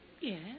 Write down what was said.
Yes